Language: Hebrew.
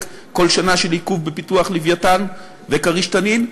כל שנה בשל עיכוב בפיתוח "לווייתן" ו"כריש" "תנין",